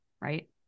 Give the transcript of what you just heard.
Right